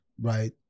right